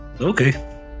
okay